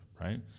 right